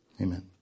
Amen